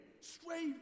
straight